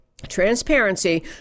transparency